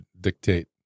dictate